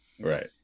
Right